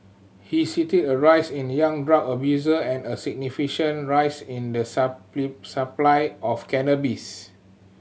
he cited a rise in young drug abuser and a significant rise in the supply of cannabis